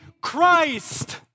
Christ